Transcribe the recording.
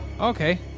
okay